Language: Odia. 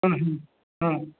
ହୁଁ ହୁଁ